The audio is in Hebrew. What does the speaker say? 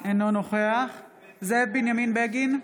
אינו נוכח זאב בנימין בגין,